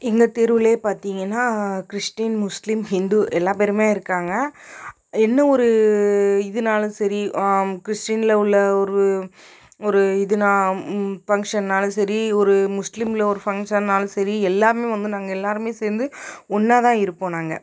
எங்க தெருவிலேயே பார்த்தீங்கன்னா கிறிஷ்டின் முஸ்லீம் ஹிந்து எல்லா பேருமே இருக்காங்க என்ன ஒரு இதுனாலும் சரி கிறிஷ்டியனில் உள்ள ஒரு ஒரு இதுனால் பங்க்ஷனாலும் சரி ஒரு முஸ்லீமில் ஒரு ஃபங்க்ஷன்னாலும் சரி எல்லாமே வந்து நாங்கள் எல்லோருமே சேர்ந்து ஒன்றா தான் இருப்போம் நாங்கள்